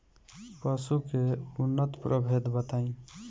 पशु के उन्नत प्रभेद बताई?